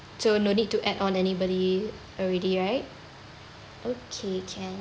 so no need to add on anybody already right okay can